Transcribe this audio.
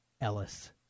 Ellis